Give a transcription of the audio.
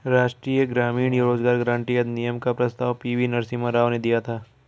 राष्ट्रीय ग्रामीण रोजगार गारंटी अधिनियम का प्रस्ताव पी.वी नरसिम्हा राव ने दिया था